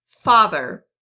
father